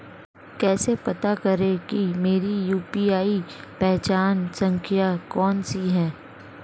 कैसे पता करें कि मेरी यू.पी.आई पहचान संख्या कौनसी है?